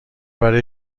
برای